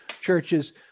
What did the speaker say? churches